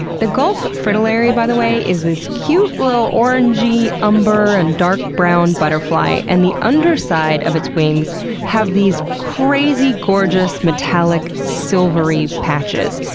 the gulf fritillary, by the way, is this cute little orangey, umber, and dark brown butterfly, and the underside of its wings have these these crazy, gorgeous, metallic, silvery patches.